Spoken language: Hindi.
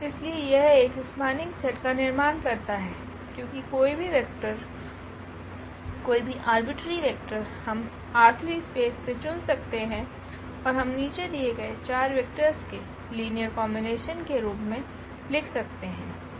इसलिए यह एक स्पान्निंग सेट का निर्माण करता है क्योंकि कोई भी वेक्टर कोई भी आरबिटरेरी वेक्टर हम R3 स्पेस से चुन सकते हैं और हम नीचे दिए गए 4 वेक्टर्स के लीनियर कोम्बिनेशन के रूप में लिख सकते हैं